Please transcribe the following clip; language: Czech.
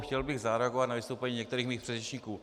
Chtěl bych zareagovat na vystoupení některých svých předřečníků.